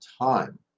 time